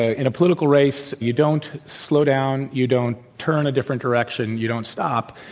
ah in a political race, you don't slow down. you don't turn a different direction. you don't stop.